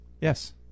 Yes